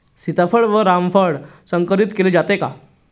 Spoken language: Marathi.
सीताफळ व रामफळ संकरित केले जाते का?